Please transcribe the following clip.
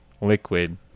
liquid